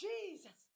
Jesus